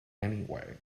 anyway